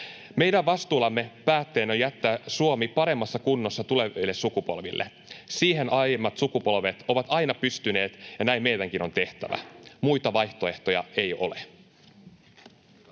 Meidän vastuullamme päättäjinä on jättää Suomi paremmassa kunnossa tuleville sukupolville. Siihen aiemmat sukupolvet ovat aina pystyneet, ja näin meidänkin on tehtävä. Muita vaihtoehtoja ei ole.